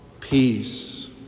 peace